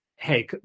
Hey